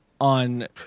on